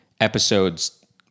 episodes